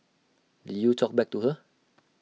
did you talk back to her